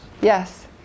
Yes